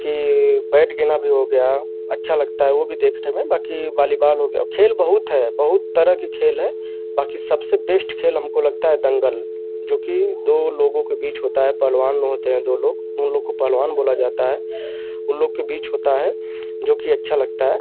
कि बैट गेन्द भी हो गया अच्छा लगता है वह भी देखने में बाक़ी वॉलीबॉल हो गया और खेल बहुत हैं बहुत तरह के खेल हैं बाक़ी सबसे बेस्ट खेल हमको लगता है दंगल जोकि दो लोगों के बीच होता है पहलवान होते हैं दो लोग उन लोगों को पहलवान बोला जाता है उन लोगों के बीच होता है जोकि अच्छा लगता है